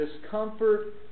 discomfort